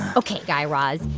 ok, guy raz.